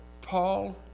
Paul